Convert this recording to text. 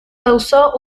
causó